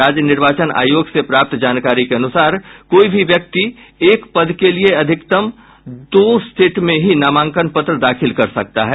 राज्य निर्वाचन आयोग से प्राप्त जानकारी के अनुसार कोई भी व्यक्ति एक पद के लिये अधिकतम दो सेट में ही नामांकन पत्र दाखिल कर सकता है